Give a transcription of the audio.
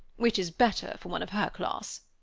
which is better for one of her class.